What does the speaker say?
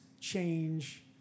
change